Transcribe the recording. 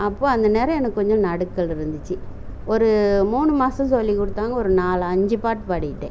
அப்போது அந்த நேரம் எனக்கு கொஞ்சம் நடுக்கம் இருந்துச்சு ஒரு மூணு மாதம் சொல்லி கொடுத்தாங்க ஒரு நாலு அஞ்சு பாட்டு பாடிவிட்டேன்